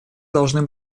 должны